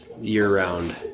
year-round